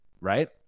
right